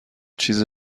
چیز